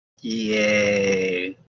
yay